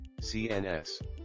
CNS